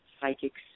psychics